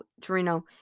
Torino